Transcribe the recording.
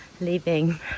leaving